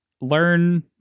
learn